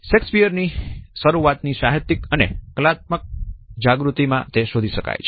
શેક્સપિયરની શરૂઆતની સાહિત્યિક અને કલાત્મક જાગૃતિ માં તે શોધી શકાય છે